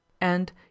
And